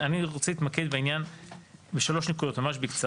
אני רוצה להתמקד בעניין בשלוש נקודות בקצרה.